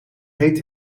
heet